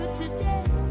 today